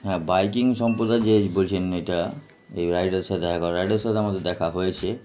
হ্যাঁ বাইকিং সম্প্রদায় যে বলছেন এটা এই রাইডের সাথে এক রাইডের সাথে আমাদের দেখা হয়েছে